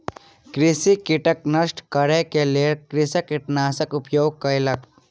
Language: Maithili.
कृषि कीटक नष्ट करै के लेल कृषक कीटनाशकक उपयोग कयलक